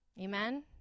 Amen